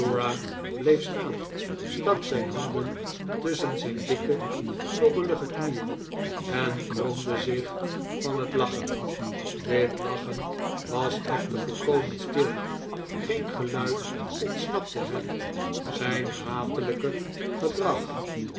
bleef staan stak zijn handen tusschen zijn dikke knobbelige knieen en kromde zich van het lachen dit lachen was echter volkomen stil geen geluid ontsnapte hem zijn hatelijke gedrag